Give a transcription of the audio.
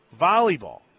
volleyball